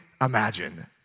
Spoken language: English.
imagine